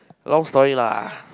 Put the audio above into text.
long story lah